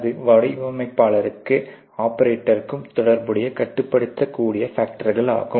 அது வடிவமைப்பாளருக்கும் ஆப்ரேட்டருக்கும் தொடர்புடைய கட்டுப்படுத்த கூடிய ஃபேக்டர்ஸ்கள் ஆகும்